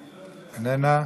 איננה,